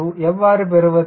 2 எவ்வாறு பெறுவது